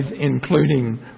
including